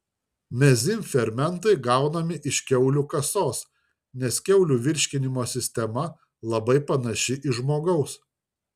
mezym fermentai gaunami iš kiaulių kasos nes kiaulių virškinimo sistema labai panaši į žmogaus